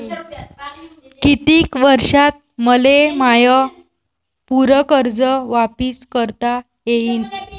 कितीक वर्षात मले माय पूर कर्ज वापिस करता येईन?